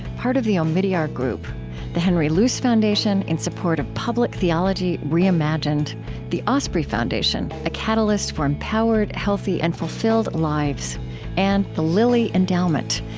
part of the omidyar group the henry luce foundation, in support of public theology reimagined the osprey foundation, a catalyst for empowered, healthy, and fulfilled lives and the lilly endowment,